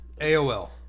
AOL